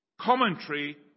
Commentary